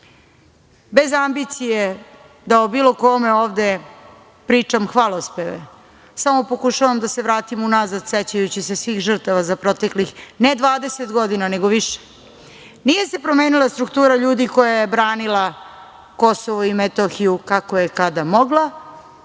bez ambicije da o bilo kome ovde pričam hvalospeve, samo pokušavam da se vratim unazad sećajući se svih žrtava za proteklih ne 20 godina, nego više. Nije se promenila struktura ljudi koja je branila Kosovo i Metohiju kako je kada mogla